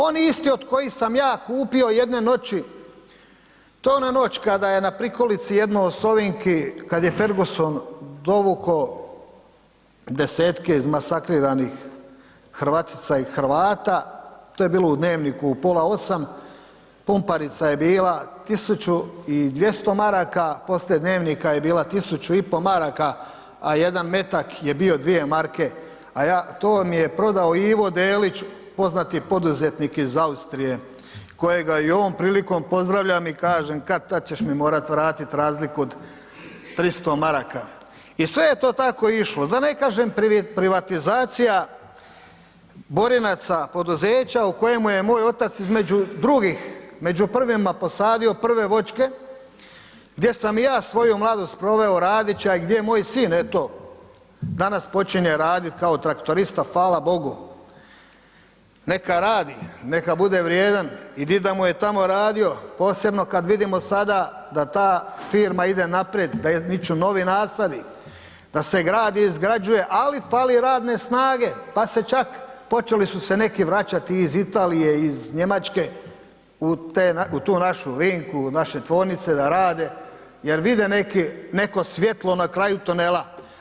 Oni isti od kojih sam ja kupio jedne noći, to je ona noć kad je na prikolici jednoj Osovinki, kad je Ferguson dovuko desetke izmasakriranih Hrvatica i Hrvata, to je bilo u Dnevniku u pola 8, pumparica je bila 1.200,00 maraka, poslije Dnevnika je bila 1.500,00 maraka, a jedan metak je bio 2,00 marke, to vam je prodao Ivo Delić, poznati poduzetnik iz Austrije kojega i ovom prilikom pozdravljam i kažem kad-tad ćeš mi morat vratit razliku od 300,00 maraka i sve je to tako išlo, da ne kažem privatizacija Borinaca, poduzeća u kojemu je moj otac između drugih, među prvima posadio prve voćke, gdje sam i ja svoju mladost proveo radeć, a i gdje je moj sin eto danas počinje radit kao traktorista, hvala Bogu, neka radi, neka bude vrijedan i dida mu je tamo radio posebno kada vidimo sada da ta firma ide naprijed, da niču novi nasadi, da se gradi, izgrađuje ali fali i radne snage pa se čak, počeli su se neki vraćati i iz Italije, iz Njemačke u tu našu VINKU, u naše tvornice da rade jer vide neki, neko svjetlo na kraju tunela.